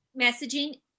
messaging